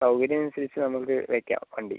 സൗകര്യം അനുസരിച്ച് നമുക്ക് വയ്ക്കാം വണ്ടി